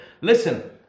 Listen